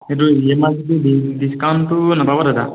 সেইটো E M I ছিচটেমটো ডিচকাউণ্টো নাপাব দাদা